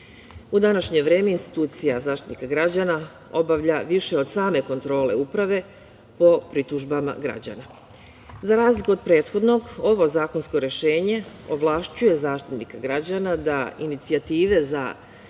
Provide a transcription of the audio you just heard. današnje vreme institucija Zaštitnika građana obavlja više od same kontrole uprave po pritužbama građana. Za razliku od prethodnog ovo zakonsko rešenje ovlašćuje Zaštitnika građana da inicijative za